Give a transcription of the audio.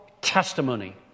testimony